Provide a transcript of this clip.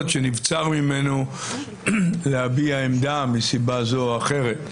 שנבצר ממנו להביע עמדה מסיבה זו או אחרת.